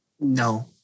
No